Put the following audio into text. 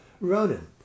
Ronan